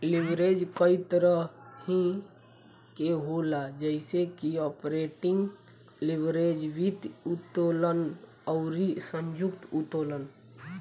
leverage कई तरही के होला जइसे की आपरेटिंग लीवरेज, वित्तीय उत्तोलन अउरी संयुक्त उत्तोलन